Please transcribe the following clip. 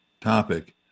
topic